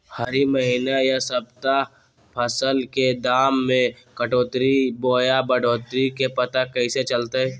हरी महीना यह सप्ताह फसल के दाम में घटोतरी बोया बढ़ोतरी के पता कैसे चलतय?